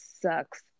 sucks